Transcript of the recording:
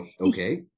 okay